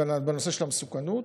בנושא של המסוכנות,